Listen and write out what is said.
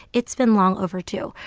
it's been long overdue,